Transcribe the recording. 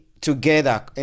together